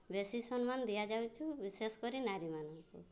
ବେଶୀ ସମ୍ମାନ ଦିଆଯାଉଛି ବିଶେଷ କରି ନାରୀମାନଙ୍କୁ